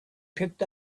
picked